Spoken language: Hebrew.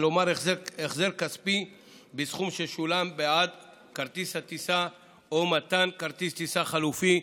כלומר החזר כספי בסכום ששולם בעד כרטיס הטיסה או מתן כרטיס טיסה חלופי,